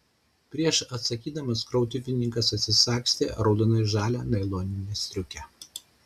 prieš atsakydamas krautuvininkas atsisagstė raudonai žalią nailoninę striukę